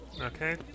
Okay